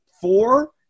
four